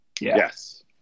Yes